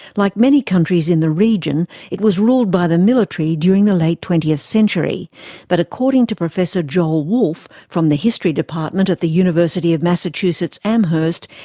like many countries in the region, it was ruled by the military during the late twentieth century but according to professor joel wolfe from the history department at the university of massachusetts amherst,